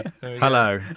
Hello